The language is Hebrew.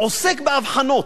עוסק באבחנות.